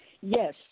Yes